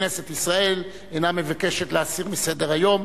ואינה מבקשת להסיר את הנושא מסדר-היום.